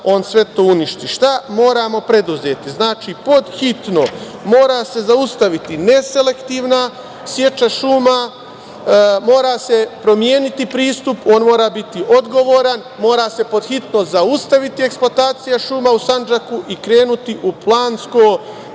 on sve to uništi. Šta moramo preduzeti? Znači, pod hitno mora se zaustaviti neselektivna seča šuma, mora se promeniti pristup, on mora biti odgovoran, mora se pod hitno zaustaviti eksploatacija šuma u Sandžaku i krenuti u plansko